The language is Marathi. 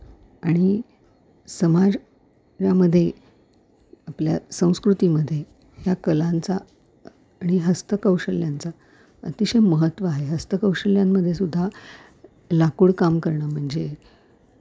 आणि समाज यामध्ये आपल्या संस्कृतीमध्ये ह्या कलांचा आणि हस्तकौशल्यांचा अतिशय महत्त्व आहे हस्तकौशल्यांमध्ये सुद्धा लाकूड काम करणं म्हणजे